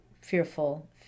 fearful